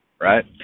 right